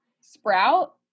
sprout